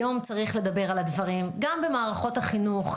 היום צריך לדבר על הדברים גם במערכות החינוך,